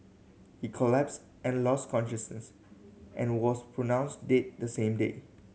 he collapsed and lost consciousness and was pronounced dead the same day